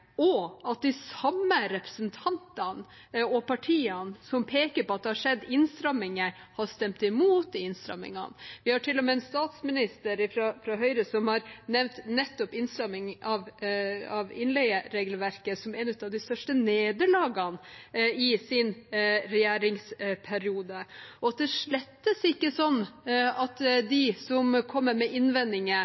og at de samme representantene og partiene som peker på at det har skjedd innstramminger, har stemt imot de innstrammingene. Til og med har en tidligere statsminister fra Høyre nevnt nettopp innstramming av innleieregelverket som et av de største nederlagene i hennes regjeringsperiode. Og det er slett ikke sånn at de som kommer med innvendinger